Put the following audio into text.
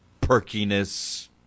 Perkiness